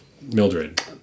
Mildred